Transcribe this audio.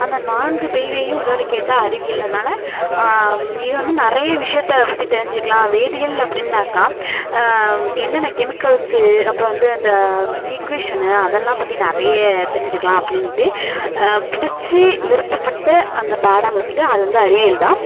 அந்த நான்கு பிரிவையும் உள்ளடக்கியதுதான் அறிவியல் அதனால் இது வந்து நிறைய விஷயத்த பற்றி தெரிஞ்சிக்கலாம் வேதியியல் அப்படின்னாக்கா என்னென்ன கெமிக்கல்ஸு அப்புறம் வந்து அந்த ஈக்குவேஷனு அதெல்லாம் பற்றி நிறைய தெரிஞ்சிக்கலாம் அப்படின்ட்டு பிடிச்சி விருப்பப்பட்டு அந்த பாடம் வந்துட்டு அது வந்து அறிவியல்தான்